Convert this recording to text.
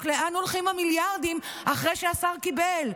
לאן הולכים המיליארדים אחרי שהשר קיבל,